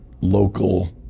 local